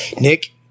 Nick